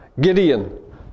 Gideon